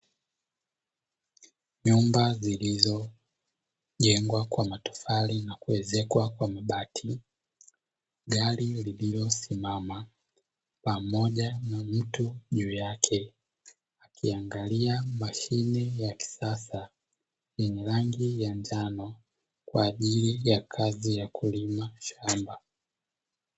Nyumba zilizojengwa kwa matofali na kuezekwa kwa mabati, gari lililosimama pamoja na mtu juu yake akiangalia mashine ya kisasa yenye rangi ya njano kwa ajili ya kazi ya kulima shamba.